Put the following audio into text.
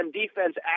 defense